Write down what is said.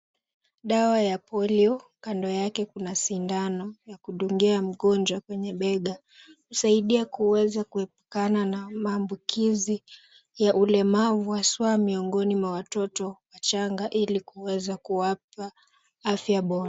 Dawa ya Polio, kando yake kuna sindano ya kudunguia mgonjwa kwenye bega. Husaidia kuweza kuepukana na maambukizi ya ulemavu haswa miongoni mwa watoto wachanga ili kuweza kuwapa afya bora.